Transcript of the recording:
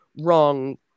wrong